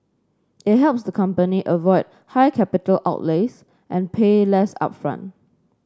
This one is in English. it helps the company avoid high capital outlays and pay less upfront